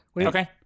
Okay